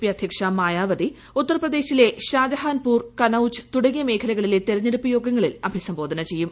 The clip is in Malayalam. പി അധൃക്ഷ മായാവതി ഉത്തർപ്രദേശിലെ ഷാജഹാൻപൂർ കനൌജ് തുടങ്ങിയ മേഖലയിലെ തിരഞ്ഞെടുപ്പ് യോഗങ്ങളിൽ അഭിസംബോധന ചെയ്യും